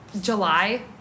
July